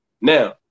Now